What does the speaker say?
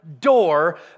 door